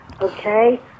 Okay